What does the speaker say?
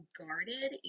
guarded